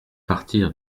partir